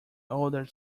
other